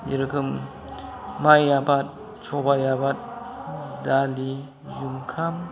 जेरोखोम माइ आबाद सबाइ आबाद दालि जुखाम